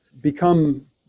become